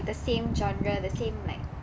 the same genre the same like